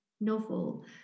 novel